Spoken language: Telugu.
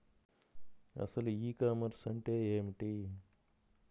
అసలు ఈ కామర్స్ అంటే ఏమిటి?